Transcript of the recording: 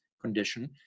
condition